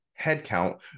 headcount